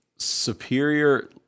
superior